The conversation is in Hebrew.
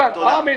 תודה.